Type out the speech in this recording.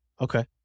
Okay